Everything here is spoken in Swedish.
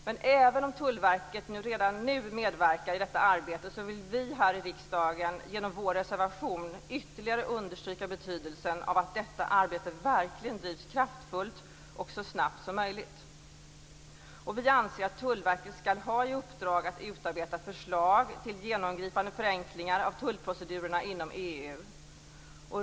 Men även om Tullverket redan nu medverkar i detta arbete vill vi här i riksdagen genom vår reservation ytterligare understryka betydelsen av att detta arbete verkligen drivs kraftfullt och så snabbt som möjligt. Vi anser att Tullverket skall ha i uppdrag att utarbeta förslag till genomgripande förenklingar av tullprocedurerna inom EU.